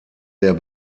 der